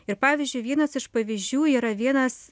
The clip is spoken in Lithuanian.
ir pavyzdžiui vienas iš pavyzdžių yra vienas